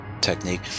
technique